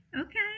Okay